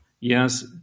Yes